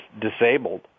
disabled